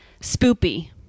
spoopy